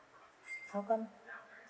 how come